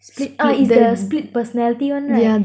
split ah is the split personality [one] right